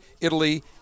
Italy